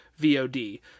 VOD